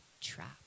trap